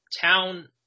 town